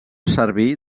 servir